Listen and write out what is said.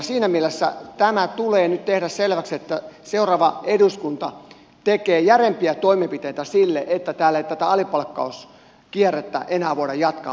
siinä mielessä tämä tulee nyt tehdä selväksi että seuraava eduskunta tekee järeämpiä toimenpiteitä sille että täällä ei tätä alipalkkauskierrettä enää voida jatkaa vaan se lopetetaan